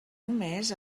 només